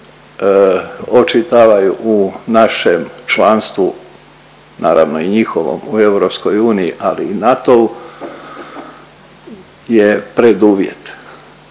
očitavaju u našem članstvu, naravno i njihovom u EU ali i NATO-u je preduvjet.